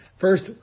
First